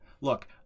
look